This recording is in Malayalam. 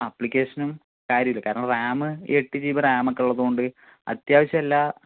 അപ്പ്ലിക്കേഷനും കാര്യമില്ല കാരണം റാമ് എട്ട് ജി ബി റാമൊക്കെ ഉള്ളതുകൊണ്ട് അത്യാവശ്യം എല്ലാ